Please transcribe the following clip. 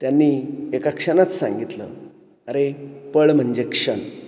त्यांनी एका क्षणात सांगितलं अरे पळ म्हणजे क्षण